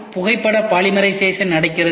புகைப்பட பாலிமரைசேஷன் நடக்கிறது